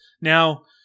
Now